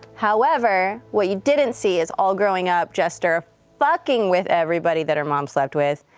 however, what you didn't see is, all growing up, jester fucking with everybody that her mom slept with,